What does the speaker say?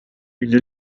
une